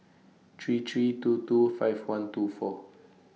three three two two five one two four